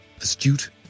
astute